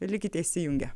likite įsijungę